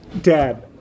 Dad